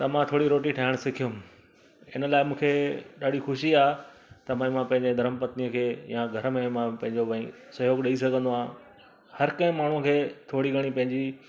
त मां थोरी रोटी ठाहिणु सिखियुमि हिन लाइ मूंखे ॾाढी ख़ुशी आहे त बई मां पंहिंजे धरम पत्नीअ खे या घर में मां पंहिंजो बई सहियोगु ॾेई सघंदो आहियां हर कंहिं माण्हूअ खे थोरी घणी पंहिंजी